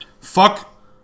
fuck